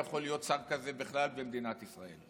אם יכול להיות שר כזה בכלל במדינת ישראל.